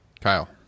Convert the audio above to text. Kyle